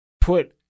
put